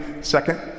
second